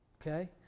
Okay